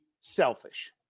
selfish